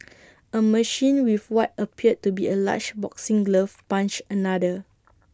A machine with what appeared to be A large boxing glove punched another